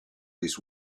his